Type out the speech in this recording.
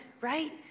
right